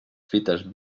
fites